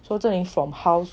so zheng ming from house